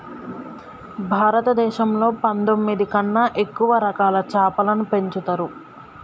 భారతదేశంలో పందొమ్మిది కన్నా ఎక్కువ రకాల చాపలని పెంచుతరు